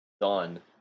done